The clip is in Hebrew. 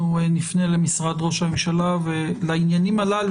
נפנה למשרד ראש הממשלה ולעניינים הללו,